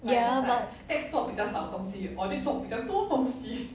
ya but